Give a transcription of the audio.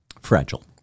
fragile